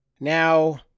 Now